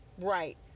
Right